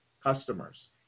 customers